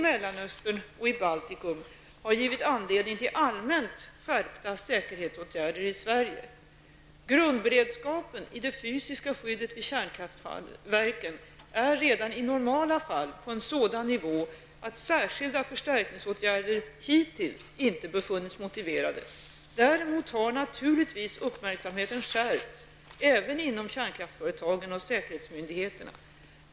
Mellanöstern och i Baltikum har givit anledning till allmänt skärpta säkerhetsåtgärder i Sverige. Grundberedskapen i det fysiska skyddet vid kärnkraftverken är redan i normala fall på en sådan nivå att särskilda förstärkningsåtgärder hittills inte befunnits motiverade. Däremot har naturligtvis uppmärksamheten skärpts även inom kärnkraftföretagen och säkerhetsmyndigheterna.